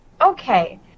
Okay